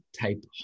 type